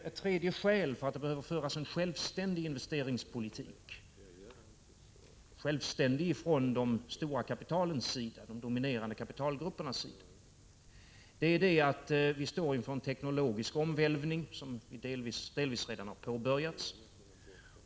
Ett tredje skäl för att det behöver föras en investeringspolitik som är självständig från de stora dominerande kapitalgrupperna är att vi står inför en teknologisk omvälvning som delvis redan har påbörjats.